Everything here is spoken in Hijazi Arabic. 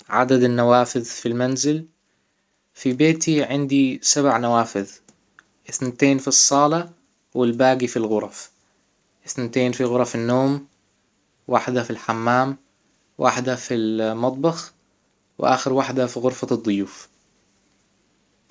عدد النوافذ في المنزل في بيتي عندي سبع نوافذ اثنتين في الصالة والباجي في الغرف اثنتين في غرف النوم واحدة في الحمام واحدة في المطبخ واخر واحدة في غرفة الضيوف